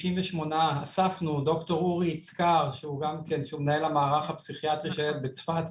אספנו - ד"ר אורי יצקר שהוא מנהל המערך הפסיכיאטרי בצפת,